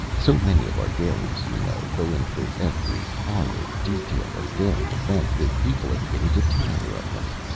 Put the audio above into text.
so many of our dailies, you know, go in for every horrid detail of daily events that people are beginning to tire of them.